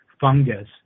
fungus